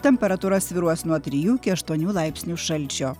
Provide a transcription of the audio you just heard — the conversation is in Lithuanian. temperatūra svyruos nuo trijų iki aštuonių laipsnių šalčio